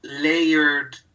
layered